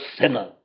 sinner